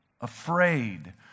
afraid